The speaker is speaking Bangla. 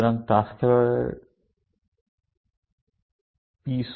সুতরাং তাস খেলোয়াড় P স্যুট t